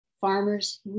farmers